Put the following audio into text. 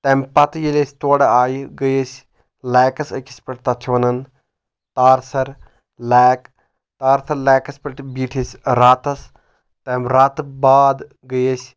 تمہِ پتہٕ ییٚلہِ أسۍ تورٕ آیہِ گٔیے أسۍ لیکس أکِس پؠٹھ تتھ چھِ ونان تارسر لیک تارسر لیکس پؠٹھ بِٹھۍ أسۍ راتس تمہِ رتہٕ باد گٔیے أسۍ